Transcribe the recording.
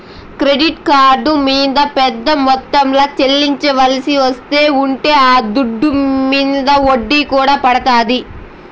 credit card మింద పెద్ద మొత్తంల చెల్లించాల్సిన స్తితే ఉంటే ఆ దుడ్డు మింద ఒడ్డీ కూడా పడతాది